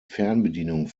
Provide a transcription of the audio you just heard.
fernbedienung